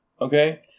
Okay